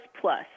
plus